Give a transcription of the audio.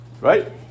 Right